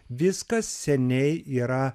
viskas seniai yra